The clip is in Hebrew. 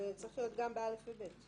זה צריך להיות גם ב-(א) ו-(ב).